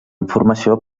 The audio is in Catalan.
informació